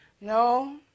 No